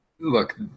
look